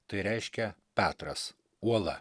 tai reiškia petras uola